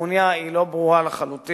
הטרוניה היא לא ברורה לחלוטין.